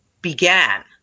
began